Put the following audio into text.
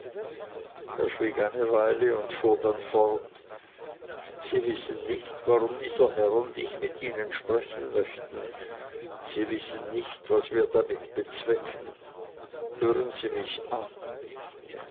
eine weile und fuhr dann fort sie wissen nicht warum dieser herr und ich mit ihnen sprechen möchten sie wissen nicht was wir damit bezwecken hören sie mich an